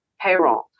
payroll